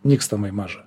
nykstamai maža